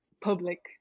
public